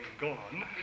gone